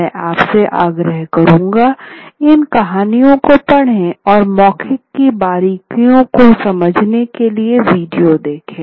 मैं आपसे आग्रह करूंगा इन कहानियों को पढ़ें और मौखिक की बारीकियों को समझने के लिए वीडियो देखें